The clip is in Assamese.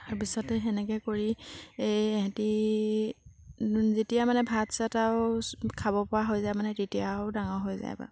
তাৰপিছতে সেনেকৈ কৰি এই ইহেঁতি যেতিয়া মানে ভাত চাত আৰু খাব পৰা হৈ যায় মানে তেতিয়া আৰু ডাঙৰ হৈ যায় বাৰু